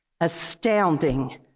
astounding